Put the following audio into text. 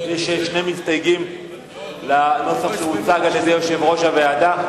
יש שני מסתייגים לנוסח שהציג יושב-ראש הוועדה.